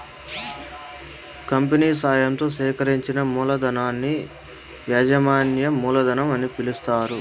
company సాయంతో సేకరించిన మూలధనాన్ని యాజమాన్య మూలధనం అని పిలుస్తారు